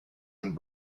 and